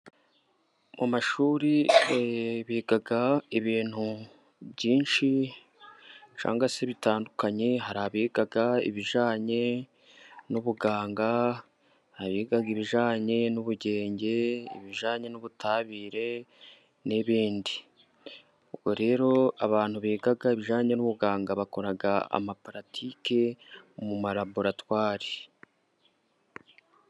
Mu mashuri biga ibintu byinshi cyangwa se bitandukanye, hari abiga ibijyanye n'ubuganga, abiga ibijyanye n'ubugenge, ibijyanye n'ubutabire n'ibindi, ubwo rero abantu biga ibijyanye n'ubuganga, bakora amapuratike mu ma raboratwari.